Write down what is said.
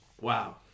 wow